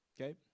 Okay